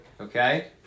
Okay